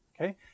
okay